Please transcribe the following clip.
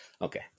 Okay